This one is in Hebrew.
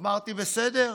אמרתי: בסדר,